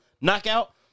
knockout